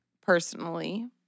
personally